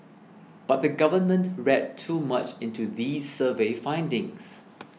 but the government read too much into these survey findings